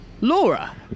Laura